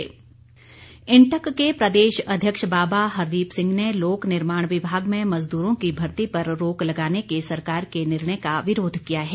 इंटक इंटक के प्रदेश अध्यक्ष बाबा हरदीप सिंह ने लोक निर्माण विभाग में मजदूरों की भर्ती पर रोक लगाने के सरकार के निर्णय का विरोध किया है